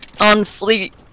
on-fleet